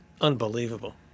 unbelievable